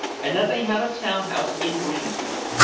and that they have a town house in green street.